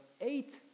eight